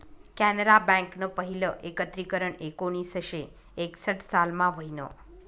कॅनरा बँकनं पहिलं एकत्रीकरन एकोणीसशे एकसठ सालमा व्हयनं